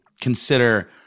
consider